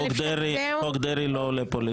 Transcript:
חוק דרעי לא עולה פה לדיון.